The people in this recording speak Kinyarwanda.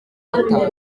bataha